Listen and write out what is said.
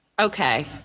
Okay